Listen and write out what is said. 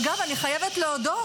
אגב, אני חייבת להודות